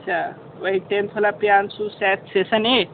अच्छा वही टेन्थ वाला प्रियांशु शायद सेशन ए